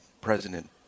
President